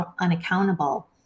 unaccountable